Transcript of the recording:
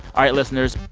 all right, listeners,